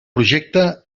projecte